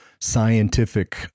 scientific